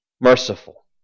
merciful